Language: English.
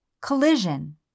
Collision